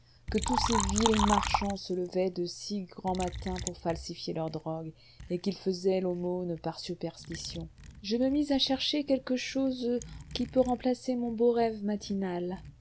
que tous ces vils marchands se levaient de si grand matin pour falsifier leurs drogues et qu'ils faisaient l'aumône par superstition je me mis à chercher quelque chose qui pût remplacer mon beau rêve matinal